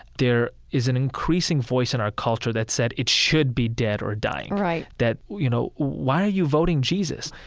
there is an increasing voice in our culture that said, it should be dead or dying right that, you know, why are you voting jesus?